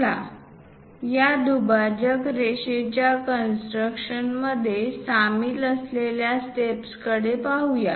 चला या दुभाजक रेषेच्या कन्स्ट्रक्शन मध्ये सामील असलेल्या स्टेप्सकडे पाहूया